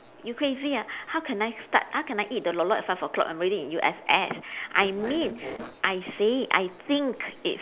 you crazy ah how can I start how I can eat the lok-lok at five o-clock I'm already in U_S_S I mean I say I think it